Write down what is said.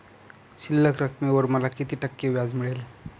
शिल्लक रकमेवर मला किती टक्के व्याज मिळेल?